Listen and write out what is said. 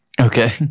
Okay